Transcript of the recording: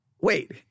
Wait